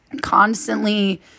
constantly